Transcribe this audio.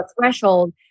threshold